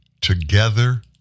Together